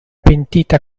pentita